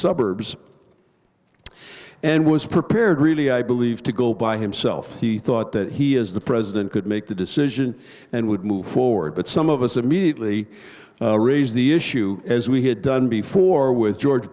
suburbs and was prepared really i believe to go by himself he thought that he is the president could make the decision and would move forward but some of us immediately raised the issue as we had done before with george